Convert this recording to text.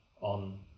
on